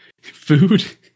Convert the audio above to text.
food